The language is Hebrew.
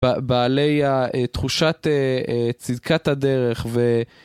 בעלי תחושת צדקת הדרך ו...